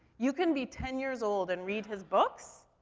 you can be ten years old and read his books,